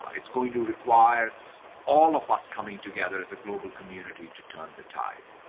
it's going to require all of us coming together as a global community to turn the tide.